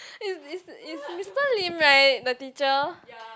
it's it's it's Mister Lim right the teacher